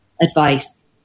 advice